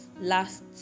last